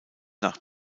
nach